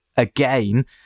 Again